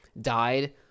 died